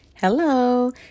Hello